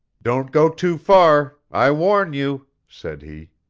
don't go too far! i warn you! said he.